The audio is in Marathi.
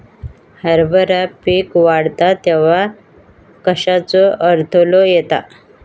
हरभरा पीक वाढता तेव्हा कश्याचो अडथलो येता?